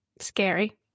scary